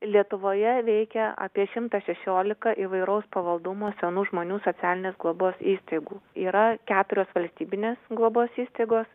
lietuvoje veikia apie šimtą šešiolika įvairaus pavaldumo senų žmonių socialinės globos įstaigų yra keturios valstybinės globos įstaigos